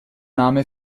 name